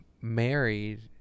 married